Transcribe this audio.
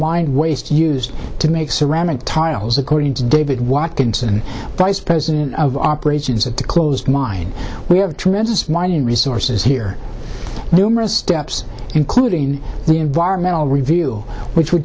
mind waste used to make ceramic tiles according to david watkins and vice president of operations at the closed mine we have tremendous mining resources here numerous steps including the environmental review which w